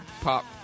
pop